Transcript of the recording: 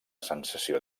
sensació